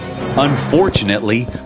Unfortunately